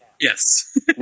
Yes